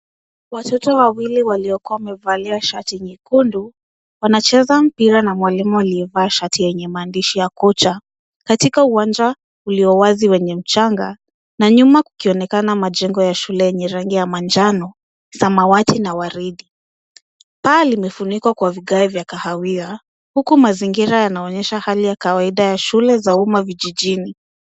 Watoto wawili waliokuwa wamevalia shati nyekundu wnacheza mpira na mwalimu aliyevaa shati yenye maandishi ya kocha. Katika uwanja ulio wazi wenye mchanga na nyuma kukionekana majengo ya shule yenye rangi ya manjano, samawati na waridi. Paa limefunikwa kwa vigae vya kahawia huku mazingira yanaonyesha hali ya kawaida ya shule za umma vijijini.